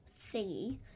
thingy